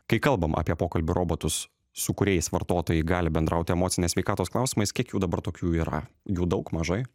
kai kalbam apie pokalbių robotus su kuriais vartotojai gali bendrauti emocinės sveikatos klausimais kiek jų dabar tokių yra jų daug mažai